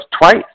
twice